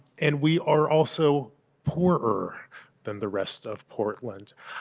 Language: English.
and we are also poorer than the rest of portland.